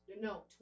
no